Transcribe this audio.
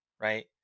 right